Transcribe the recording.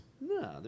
No